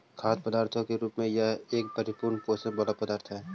खाद्य पदार्थ के रूप में यह एक परिपूर्ण पोषण वाला पदार्थ हई